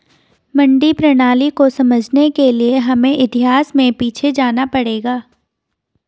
मंडी प्रणाली को समझने के लिए हमें इतिहास में पीछे जाना पड़ेगा